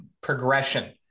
progression